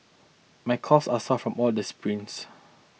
my calves are sore from all this sprints